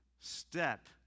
step